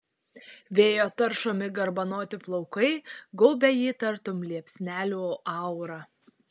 vėjo taršomi garbanoti plaukai gaubia jį tartum liepsnelių aura